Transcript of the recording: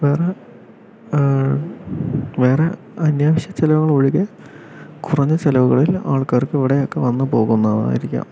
വേറെ വേറെ അനാവശ്യ ചിലവുകൾ ഒഴികെ കുറഞ്ഞ ചിലവുകളിൽ ആൾക്കാർക്ക് ഇവിടെ ഒക്കെ വന്ന് പോകുന്നതായിരിക്കാം